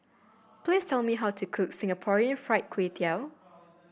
please tell me how to cook Singapore Fried Kway Tiao